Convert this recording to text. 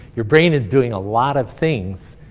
your brain is doing a lot of things.